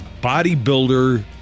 bodybuilder